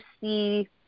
see